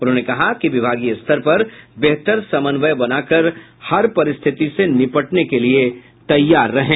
उन्होंने कहा कि विभागीय स्तर पर बेहतर समन्वय बनाकर हर परिस्थिति से निपटने के लिए तैयार रहें